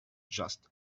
just